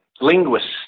linguists